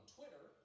Twitter